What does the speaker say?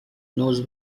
knows